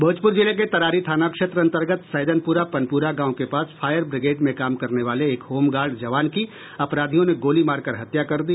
भोजपुर जिले के तरारी थाना क्षेत्र अंतर्गत सैदनपुर पनपुरा गांव के पास फायर बिग्रेड में काम करने वाले एक होमगार्ड जवान की अपराधियों ने गोली मारकर हत्या कर दी